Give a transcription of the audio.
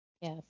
Yes